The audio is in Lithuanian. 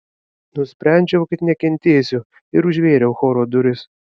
nusprendžiau kad nekentėsiu ir užvėriau choro duris